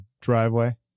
driveway